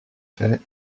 fait